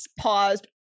paused